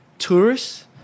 tourists